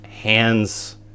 hands